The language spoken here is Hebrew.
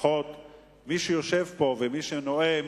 שומעים